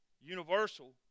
universal